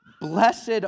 Blessed